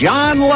John